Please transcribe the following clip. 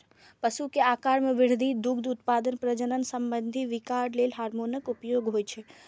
पशु के आाकार मे वृद्धि, दुग्ध उत्पादन, प्रजनन संबंधी विकार लेल हार्मोनक उपयोग होइ छै